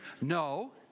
No